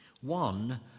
One